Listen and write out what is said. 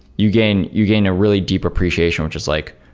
you gain you gain a really deep appreciation, which is like,